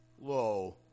low